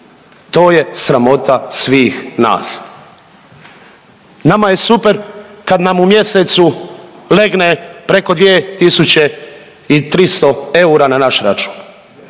to je sramota svih nas. Nama je super kad nam u mjesecu legne preko 2.300 eura na naš račun,